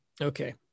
Okay